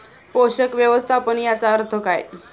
पोषक व्यवस्थापन याचा अर्थ काय?